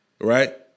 Right